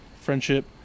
friendship